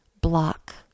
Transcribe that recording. block